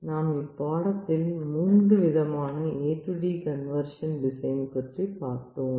நாம் இப்பாடத்தில் மூன்றுவிதமான AD கன்வர்ஷன் டிசைன் பார்த்தோம்